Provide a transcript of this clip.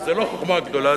זה לא חוכמה גדולה,